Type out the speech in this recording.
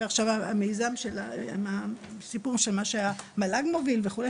ועכשיו המיזם של מה שהמל"ג מוביל וכו',